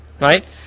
right